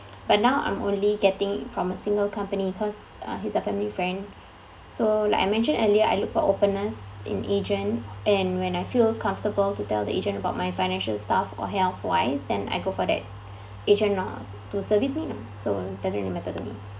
but now I'm only getting from a single company cause uh he's a family friend so like I mentioned earlier I look for openness in agent and when I feel comfortable to tell the agent about my financial stuff or health wise then I go for that agent lah to service me lah so doesn't really matter to me